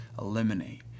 eliminate